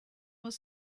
was